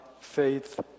faith